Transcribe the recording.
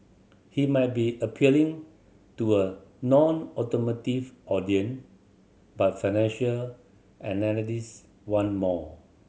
he might be appealing to a nonautomotive audience but financial analyst want more